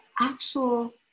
actual